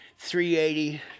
380